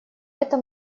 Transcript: этом